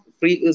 free